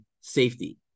safety